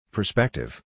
Perspective